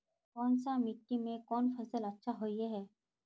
कोन सा मिट्टी में कोन फसल अच्छा होय है?